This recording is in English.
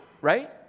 right